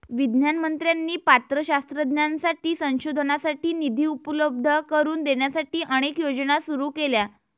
विज्ञान मंत्र्यांनी पात्र शास्त्रज्ञांसाठी संशोधनासाठी निधी उपलब्ध करून देण्यासाठी अनेक योजना सुरू केल्या